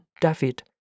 David